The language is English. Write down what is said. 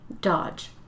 Dodge